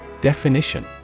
Definition